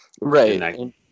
Right